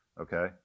Okay